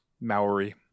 Maori